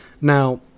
Now